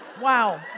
Wow